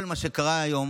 כל מה שקרה היום